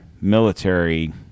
military